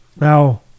now